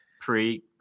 Pre